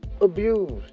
abused